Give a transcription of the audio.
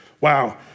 Wow